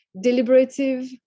deliberative